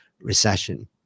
recession